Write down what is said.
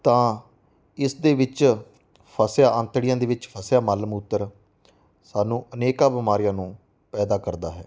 ਤਾਂ ਇਸ ਦੇ ਵਿੱਚ ਫਸਿਆ ਅੰਤੜੀਆਂ ਦੇ ਵਿੱਚ ਫਸਿਆ ਮਲ ਮੂਤਰ ਸਾਨੂੰ ਅਨੇਕਾਂ ਬਿਮਾਰੀਆਂ ਨੂੰ ਪੈਦਾ ਕਰਦਾ ਹੈ